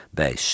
bij